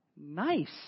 Nice